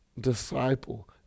Disciple